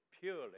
purely